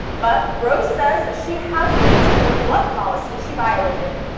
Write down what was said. but grosz says she hasn't been told what policy she violated.